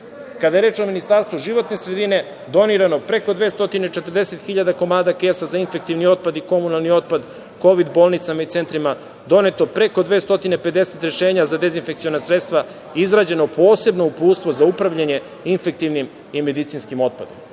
je reč o Ministarstvu životne sredine, donirano je preko 240.000 komada kesa za infektivni i komunalni otpad kovid bolnicama i centrima. Doneto je preko 250 rešenja za dezinfekciona sredstva, izrađeno posebno uputstvo za upravljanje infektivnim i medicinskim otpadom. Želim